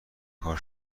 کار